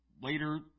later